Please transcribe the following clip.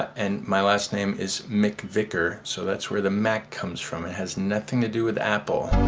and my last name is mcvicker. so that's where the mac comes from it has nothing to do with apple